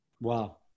Wow